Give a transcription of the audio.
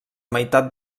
meitat